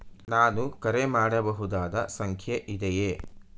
ನಾನು ಕರೆ ಮಾಡಬಹುದಾದ ಸಂಖ್ಯೆ ಇದೆಯೇ?